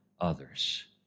others